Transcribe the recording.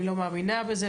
אני לא מאמינה בזה,